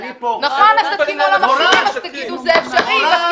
אז תתקינו על המכשירים, אז תגידו זה אפשרי.